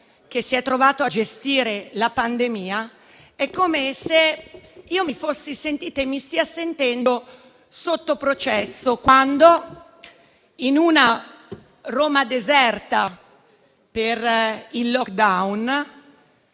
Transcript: che si è trovato a gestire la pandemia, mi sono sentita e mi sto sentendo sotto processo. In una Roma deserta per il *lockdown*,